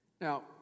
Now